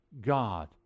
God